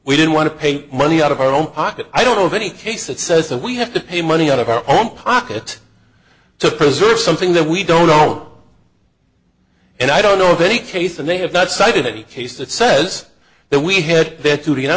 we didn't want to pay money out of our own pocket i don't know of any case that says a we have to pay money out of our own pocket to preserve something that we don't know and i don't know of any case and they have not cited any case that says that we had that today and i